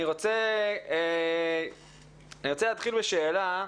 אני רוצה להתחיל בשאלה.